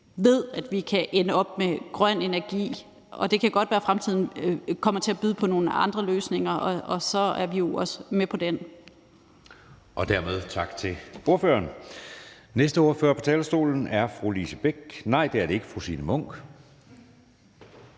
ved, at vi kan ende op med grøn energi. Og det kan godt være, at fremtiden kommer til at byde på nogle andre løsninger, og så er vi jo også med på den. Kl. 20:17 Anden næstformand (Jeppe Søe): Dermed tak til ordføreren. Næste på talerstolen er fru Signe Munk.